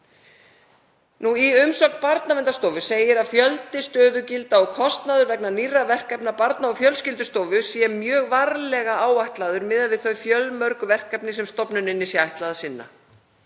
Í umsögn Barnaverndarstofu segir að fjöldi stöðugilda og kostnaður vegna nýrra verkefna Barna- og fjölskyldustofu sé mjög varlega áætlaður miðað við þau fjölmörgu verkefni sem stofnuninni sé ætlað að sinna.